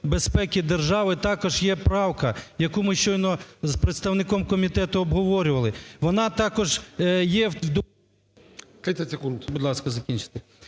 безпеки держави, також є правка, яку ми щойно з представником комітету обговорювали. Вона також є…